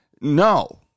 No